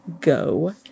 go